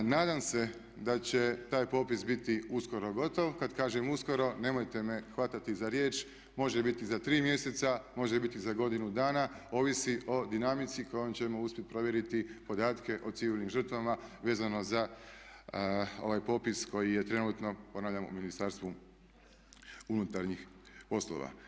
Nadam se da će taj popis biti uskoro gotov, kada kažem uskoro nemojte me hvatati za riječ, može biti za 3 mjeseca, može biti za godinu dana, ovisi o dinamici kojom ćemo uspjeti provjeriti podatke o civilnim žrtvama vezano za ovaj popis koji je trenutno, ponavljam u Ministarstvu unutarnjih poslova.